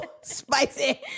Spicy